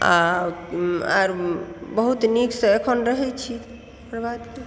आ आर बहुत नीक सऽ एखन रहै छी ओकर बाद की